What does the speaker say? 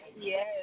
Yes